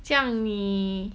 这样你